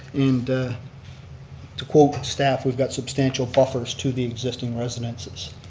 and to quote staff, we've got substantial buffers to the existing residences.